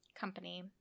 company